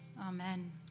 Amen